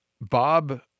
Bob